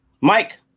Mike